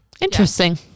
interesting